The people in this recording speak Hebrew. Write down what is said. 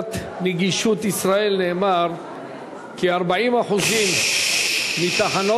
בוועידת נגישות ישראל נאמר כי כ-40% מתחנות